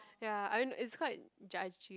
ya I mean it's quite judgy